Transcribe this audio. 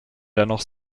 dennoch